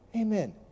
Amen